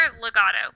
legato